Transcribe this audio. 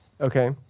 Okay